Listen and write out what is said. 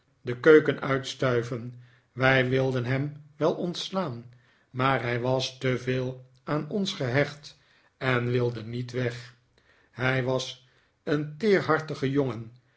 de keuken uitstuiven wij wilden hem wel ontslaan maar hij was te veel aan ons gehecht en wilde niet weg hij was een teerhartige jongen